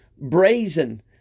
brazen